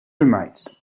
roommates